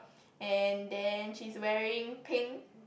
and then she is wearing pink